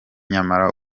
nyamara